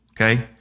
Okay